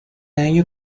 año